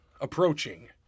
approaching